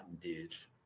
dudes